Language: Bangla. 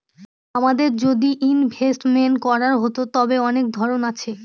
আমাদের যদি ইনভেস্টমেন্ট করার হতো, তবে অনেক ধরন আছে